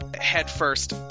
headfirst